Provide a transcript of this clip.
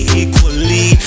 equally